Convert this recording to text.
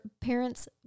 parents